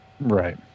right